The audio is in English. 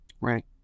Right